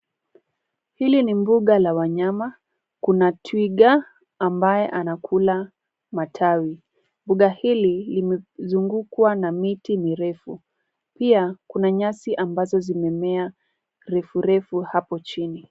Hili ni mbuga la wanyama kuna twiga ambaye anakula matawi. Mbuga hili limezungukwa na miti mirefu, pia kuna nyasi ambazo zimemea refu refu hapo chini.